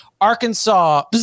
Arkansas